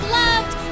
loved